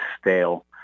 stale